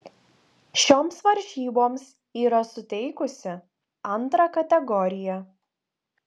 šioms varžyboms yra suteikusi antrą kategoriją